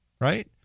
Right